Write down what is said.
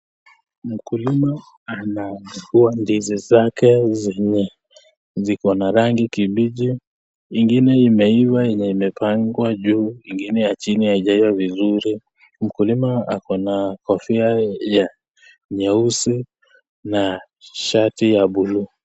Mkulima anavua ndizi zake zenye ziko na rangi kibichi, ingine imeiva yenye imepangwa juu ingine ya chini hazijaiva vizuri, mkulima Ako na kofia nyeusi na shati ya bluu.